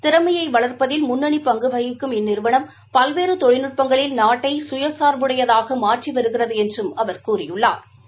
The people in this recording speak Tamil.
திறமையை வளர்ப்பதில் முன்னணி பங்கு வகிக்கும் இந்நிறுவனம் பல்வேறு தொழில்நட்பங்களில் நாட்டை சுயசாா்புடையதாக மாற்றி வருகிறது என்றும் கூறியுள்ளாா்